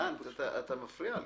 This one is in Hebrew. דן, אתה מפריע לי.